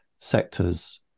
sectors